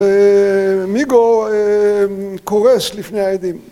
מיגו קורס לפני העדים.